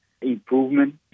improvement